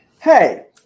Hey